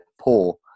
poor